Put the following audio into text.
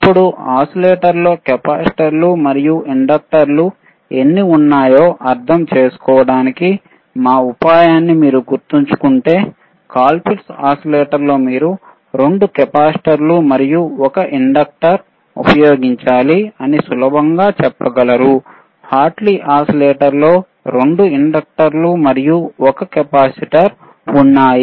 ఇప్పుడు ఓసిలేటర్లో కెపాసిటర్లు మరియు ఇండక్టర్లు ఎన్ని ఉన్నాయో అర్థం చేసుకోవడానికి మన ఉపాయాన్ని మీరు గుర్తుంచుకుంటే కోల్పిట్స్ ఓసిలేటర్లో మీరు 2 కెపాసిటర్లు మరియు 1 ఇండక్టర్ ఉపయోగించాలి అని సులభంగా చెప్పగలరుహార్ట్లీ ఓసిలేటర్లో 2 ఇండక్టర్ మరియు 1 కెపాసిటర్ ఉన్నాయి